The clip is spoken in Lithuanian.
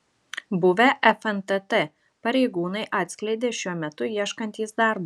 buvę fntt pareigūnai atskleidė šiuo metu ieškantys darbo